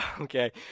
okay